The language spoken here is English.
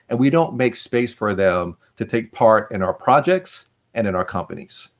and we don't make space for them to take part in our projects and in our companies.